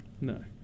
no